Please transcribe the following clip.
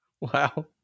Wow